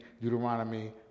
Deuteronomy